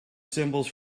symbols